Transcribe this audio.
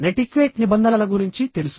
netiquette నిబంధనల గురించి తెలుసు